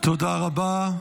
תודה רבה.